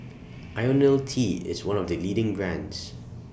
Ionil T IS one of The leading brands